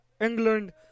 England